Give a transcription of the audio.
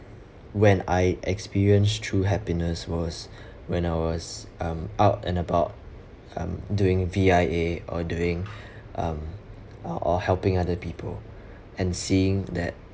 when I experience true happiness was when I was um out and about um doing V_I_A or doing um uh or helping other people and seeing that